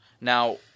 Now